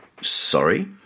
Sorry